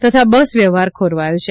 તથા બસ વ્યવહાર ખોરવાયો છે